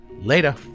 Later